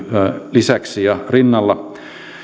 lisäksi ja rinnalla